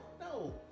no